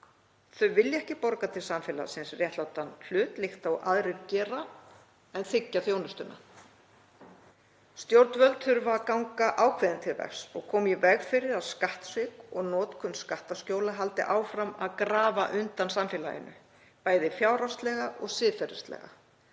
Þau vilja ekki borga til samfélagsins réttlátan hlut líkt og aðrir gera en þiggja þjónustuna. Stjórnvöld þurfa að ganga ákveðin til verks og koma í veg fyrir að skattsvik og notkun skattaskjóla haldi áfram að grafa undan samfélaginu, bæði fjárhagslega og siðferðislega.